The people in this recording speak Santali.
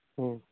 ᱦᱮᱸ